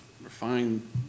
refine